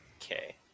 Okay